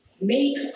make